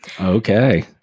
Okay